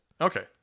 Okay